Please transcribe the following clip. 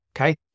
Okay